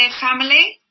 family